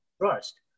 trust